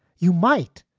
you might.